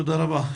תודה רבה.